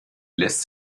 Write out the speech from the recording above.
lässt